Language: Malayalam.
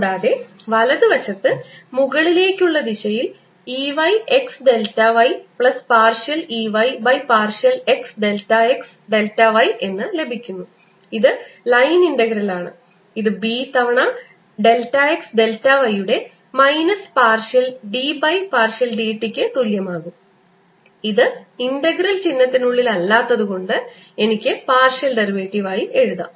കൂടാതെ വലതുവശത്ത് മുകളിലേക്കുള്ള ദിശയിൽ E y x delta y plus partial E y by partial x delta x delta y എന്ന് ലഭിക്കുന്നു ഇത് ലൈൻ ഇന്റഗ്രൽ ആണ് ഇത് B തവണ ഡെൽറ്റ x ഡെൽറ്റ y യുടെ minus partial d by partial d t ക്ക് തുല്യമാകും ഇത് ഇന്റഗ്രൽ ചിഹ്നത്തിനുള്ളിൽ അല്ലാത്തതുകൊണ്ട് എനിക്ക് പാർഷ്യൽ ഡെറിവേറ്റീവ് ആയി എഴുതാം